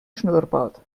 schnurrbart